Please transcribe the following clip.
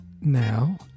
now